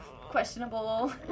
Questionable